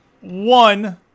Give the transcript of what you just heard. one